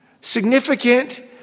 significant